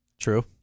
True